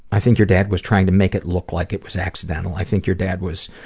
i think your dad was trying to make it look like it was accidental. i think your dad was,